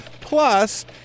plus